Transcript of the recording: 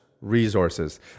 resources